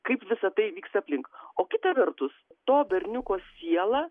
kaip visa tai vyksta aplink o kita vertus to berniuko siela